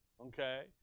Okay